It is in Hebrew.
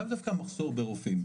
לאו דווקא מחסור ברופאים.